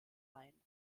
ein